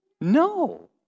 No